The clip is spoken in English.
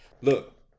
Look